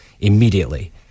immediately